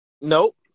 Nope